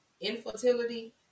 Infertility